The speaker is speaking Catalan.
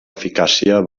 eficàcia